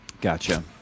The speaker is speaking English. Gotcha